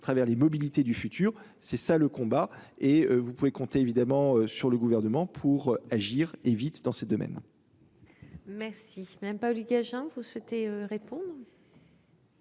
travers les mobilités du futur. C'est ça le combat. Et vous pouvez compter évidemment sur le gouvernement pour agir et vite dans ces domaines. Merci. Même Paoli-Gagin, vous souhaitez répondre.